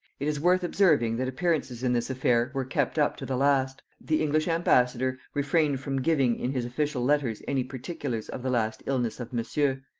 it is worth observing, that appearances in this affair were kept up to the last the english ambassador refrained from giving in his official letters any particulars of the last illness of monsieur,